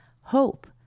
hope